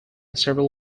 several